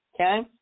Okay